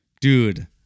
Dude